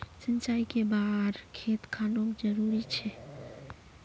सिंचाई कै बार खेत खानोक जरुरी छै?